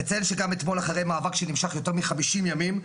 אציין שגם אתמול אחרי מאבק שנמשך יותר מחמישים ימים,